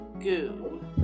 goo